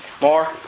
more